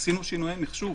עשינו שינויי מחשוב.